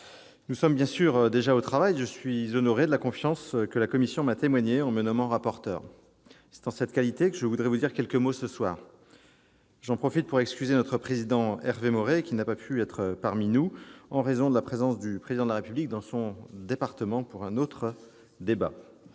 Nous sommes bien sûr déjà au travail et je suis honoré de la confiance que la commission m'a témoignée en me nommant rapporteur. C'est en cette qualité que je voudrais vous dire quelques mots en cette fin d'après-midi. J'en profite pour excuser notre président Hervé Maurey, qui n'a pas pu être parmi nous en cette fin d'après-midi en raison de la présence du Président de la République dans son département pour un autre débat,